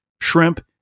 shrimp